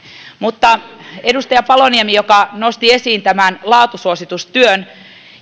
mutta edustaja paloniemi joka nosti esiin tämän laatusuositustyön